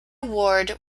ward